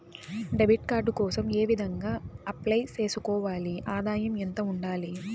Debit card కోసం ఏ విధంగా అప్లై సేసుకోవాలి? ఆదాయం ఎంత ఉండాలి?